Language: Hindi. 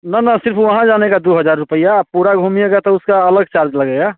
ना ना सिर्फ़ वहाँ जाने का दो हज़ार रुपया पूरा घूमिएगा तो उसका अलग चार्ज लगेगा